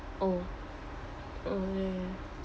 oh oh ya ya